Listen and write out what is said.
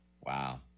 Wow